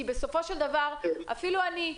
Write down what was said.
כי בסופו של דבר אפילו אני,